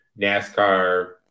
NASCAR